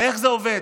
איך זה עובד?